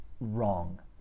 wrong